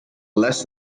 less